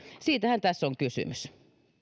siitähän tässä on kysymys